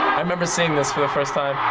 i remember seeing this for the first time.